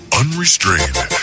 unrestrained